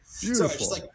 beautiful